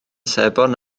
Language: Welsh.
sebon